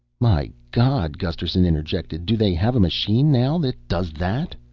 my god, gusterson interjected, do they have a machine now that does that?